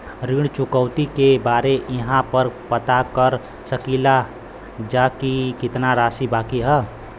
ऋण चुकौती के बारे इहाँ पर पता कर सकीला जा कि कितना राशि बाकी हैं?